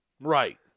Right